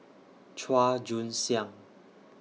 Chua Joon Siang